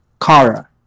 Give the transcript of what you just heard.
Kara